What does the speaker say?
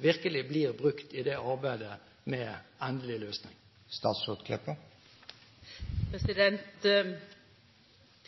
virkelig blir brukt i arbeidet med endelig løsning.